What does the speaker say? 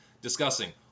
discussing